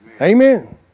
Amen